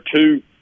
two